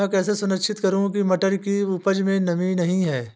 मैं कैसे सुनिश्चित करूँ की मटर की उपज में नमी नहीं है?